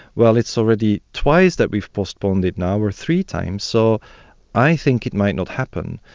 well, it's already twice that we've postponed it now or three times, so i think it might not happen.